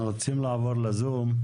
אנחנו רוצים לעבור לזום.